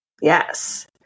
Yes